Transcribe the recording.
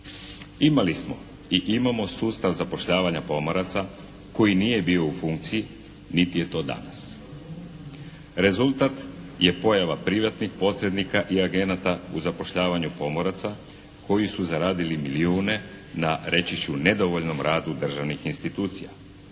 Imali smo i imamo sustav zapošljavanja pomoraca koji nije bio u funkciji niti je to danas. Rezultat je pojava privatnih posrednika i agenata u zapošljavanju pomoraca koji su zaradili milijune na reći ću nedovoljnom radu državnih institucija.